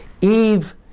Eve